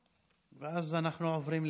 ואז אנחנו עוברים להצבעה.